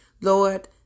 Lord